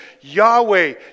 Yahweh